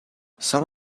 some